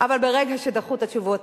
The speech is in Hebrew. אבל ברגע שדחו את התשובות,